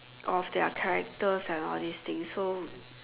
of their characters and all these things so